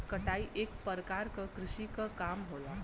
कटाई एक परकार क कृषि क काम होला